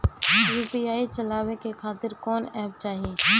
UPI चलवाए के खातिर कौन एप चाहीं?